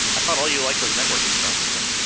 i thought all you like was networking stuff, ethan?